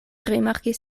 rimarkis